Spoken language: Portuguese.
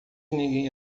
ninguém